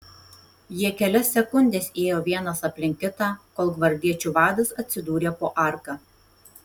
jie kelias sekundes ėjo vienas aplink kitą kol gvardiečių vadas atsidūrė po arka